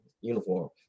uniform